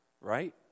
right